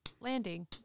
landing